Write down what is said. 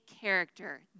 character